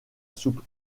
soupe